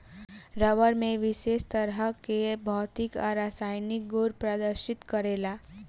रबड़ में विशेष तरह के भौतिक आ रासायनिक गुड़ प्रदर्शित करेला